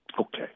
Okay